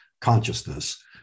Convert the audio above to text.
consciousness